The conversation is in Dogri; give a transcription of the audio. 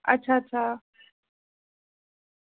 अच्छा अच्छा